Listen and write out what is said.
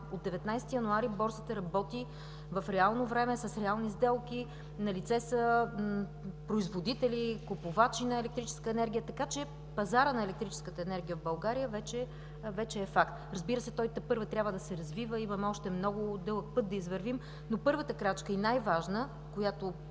От 19 януари борсата работи в реално време с реални сделки, налице са производители, купувачи на електрическа енергия. Пазарът на електрическата енергия в България вече е факт. Разбира се, той тепърва трябва да се развива, имаме още много дълъг път да извървим, но първата и най-важната